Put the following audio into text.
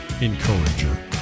encourager